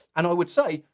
and i would say,